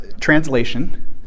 translation